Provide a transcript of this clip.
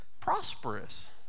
prosperous